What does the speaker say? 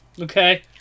Okay